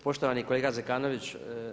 Poštovani kolega Zekanović.